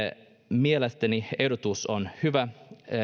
mielestäni ehdotus on hyvä